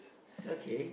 okay